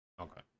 Okay